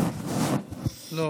לא,